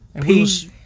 Peace